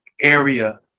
area